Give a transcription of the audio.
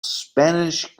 spanish